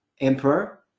emperor